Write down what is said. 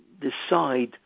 decide